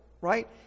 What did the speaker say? Right